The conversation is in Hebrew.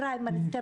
הוא יפעל לתיקון.